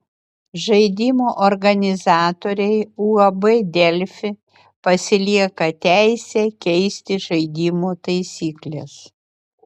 žaidimo organizatoriai uab delfi pasilieka teisę keisti žaidimo taisykles